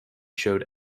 showed